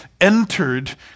entered